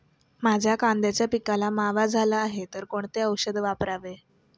माझ्या कांद्याच्या पिकाला मावा झाला आहे तर कोणते औषध वापरावे?